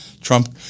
Trump